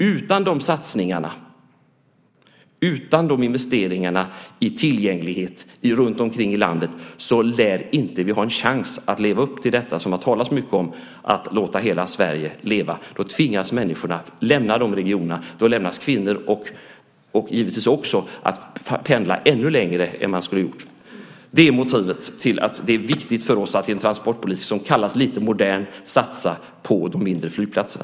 Utan de satsningarna, utan de investeringarna i tillgänglighet runtomkring i landet lär vi inte ha en chans att leva upp till det som det har talats så mycket om, att låta hela Sverige leva. Då tvingas människorna lämna de regionerna. Då lämnas kvinnor också att pendla ännu längre än vad de skulle ha gjort. Det är motivet till att det är viktigt för oss att i en transportpolitik som kallas modern satsa på de mindre flygplatserna.